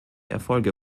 erfolge